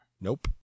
Nope